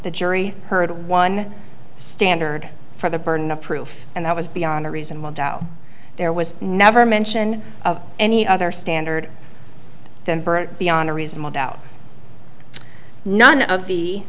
the jury heard one standard for the burden of proof and that was beyond a reasonable doubt there was never mention of any other standard than bert beyond a reasonable doubt none of the